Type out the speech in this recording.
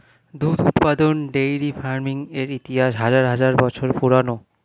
দুধ উৎপাদন dairy farming এর ইতিহাস হাজার হাজার বছর পুরানো